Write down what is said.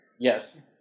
Yes